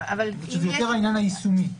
זה יותר העניין היישומי.